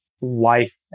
life